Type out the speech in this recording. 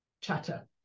chatter